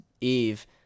Eve